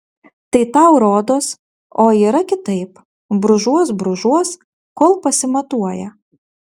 tai tau rodos o yra kitaip brūžuos brūžuos kol pasimatuoja